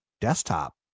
desktop